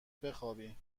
بخوابی